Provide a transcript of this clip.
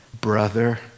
Brother